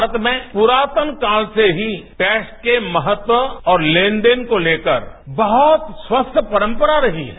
भारत में पुरातन काल से ही टैक्स के महत्व और लेनदेन को लेकर बहुत स्वस्थ परम्परा रही है